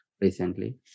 recently